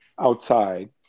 outside